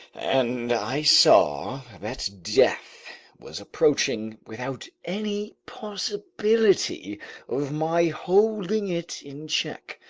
and i saw that death was approaching without any possibility of my holding it in check.